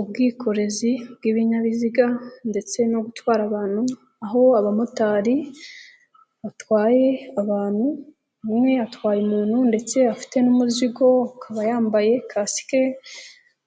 Ubwikorezi bw'ibinyabiziga ndetse no gutwara abantu, aho abamotari batwaye abantu, umwe atwaye umuntu ndetse afite n'umuzigo akaba yambaye kasike